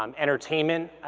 um entertainment,